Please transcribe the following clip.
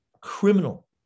criminal